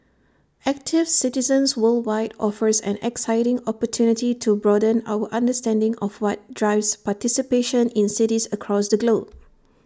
active Citizens Worldwide offers an exciting opportunity to broaden our understanding of what drives participation in cities across the globe